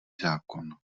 zákon